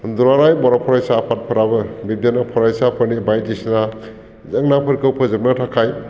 दुलाराय बर' फरायसा आफादफोराबो बिब्दिनो फरायसाफोरनि बायदिसिना जेंनाफोरखौ फोजोबनो थाखाय